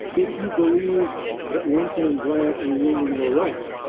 if you believe that lincoln and grant in the union were right,